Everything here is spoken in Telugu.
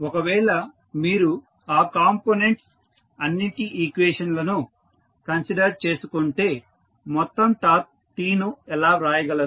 ఒకవేళ మీరు ఆ కాంపోనెంట్స్ అన్నింటి ఈక్వివలెంట్ లను కన్సిడర్ చేసుకుంటే మొత్తం టార్క్ T ను ఎలా వ్రాయగలరు